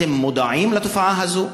אתם מודעים לתופעה הזאת?